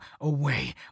away